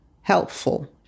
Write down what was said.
helpful